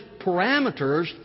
parameters